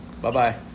Bye-bye